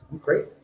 Great